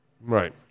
Right